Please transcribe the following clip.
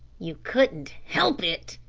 you couldn't help it!